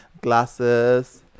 glasses